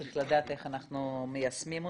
צריך לדעת איך אנחנו מיישמים אותם.